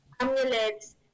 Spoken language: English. Amulets